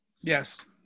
Yes